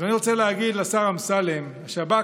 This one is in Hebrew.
אז אני רוצה להגיד לשר אמסלם: השב"כ,